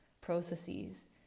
processes